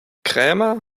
krämer